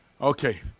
Okay